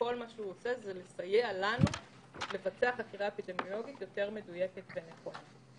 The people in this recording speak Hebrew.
מה שהוא עושה זה לסייע לנו לבצע חקירה אפידמיולוגית יותר מדויקת במקום.